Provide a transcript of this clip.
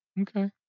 Okay